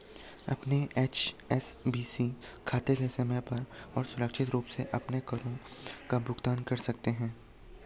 अपने एच.एस.बी.सी खाते से समय पर और सुरक्षित रूप से अपने करों का भुगतान कर सकते हैं